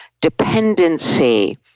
dependency